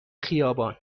خیابان